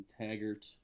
Taggart